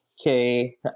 Okay